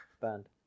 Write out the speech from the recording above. band